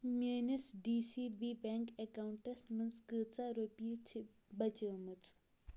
میٲنِس D C B bank accounts منٛز کۭژاہ رۄپیہِ چھِ بچیمٕژ